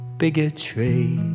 bigotry